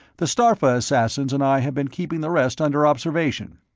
the starpha assassins and i have been keeping the rest under observation.